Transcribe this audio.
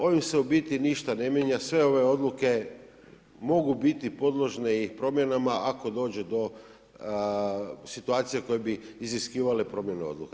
Ovim se u biti ništa ne mijenja, sve ove odluke mogu bit podložne i promjenama ako dođe do situacija koje bi iziskivale promjenu odluka.